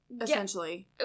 essentially